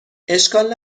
اشکال